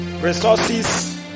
resources